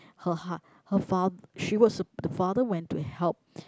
her ha~ her fa~ she was the father went to help